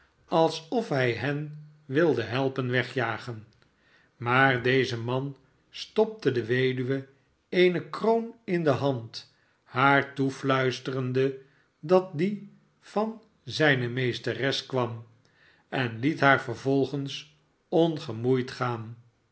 alsof hij hen wilde helpen wegjagen maar deze man stopte de weduwe eene kroon in de hand haar toefluisterende dat die van zijne meesteres kwam en liet haar vervolgens ongemoeid gaan